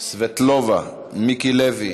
סבטלובה, מיקי לוי,